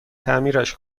تعمیرش